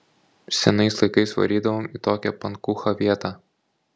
senais laikais varydavom į tokią pankūchą vietą